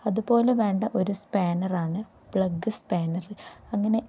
അതുപോലെ വേണ്ട ഒരു സ്പാനറാണ് പ്ലഗ് സ്പാനറ് അങ്ങനെ